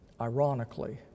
ironically